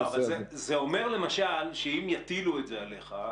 זה אומר למשל שאם יטילו את זה עליך,